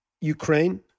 Ukraine